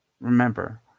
Remember